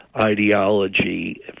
ideology